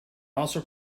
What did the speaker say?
also